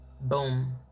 boom